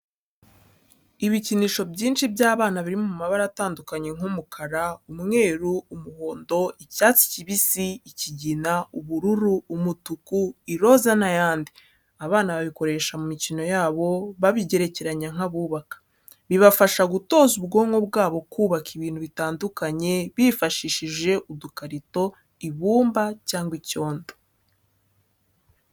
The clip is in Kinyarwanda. Ibikinisho byinshi by'abana biri mu mabara atandukanye nk'umukara, umweru, umuhondo, icyatsi kibisi, ikigina, ubururu, umutuku, iroza n'ayandi. Abana babikoresha mu mikino yabo, babigerekeranya nk'abubaka. Bibafasha gutoza ubwonko bwabo kubaka ibintu bitandukanye bifashishije udukarito, ibumba cyangwa icyondo.